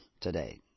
today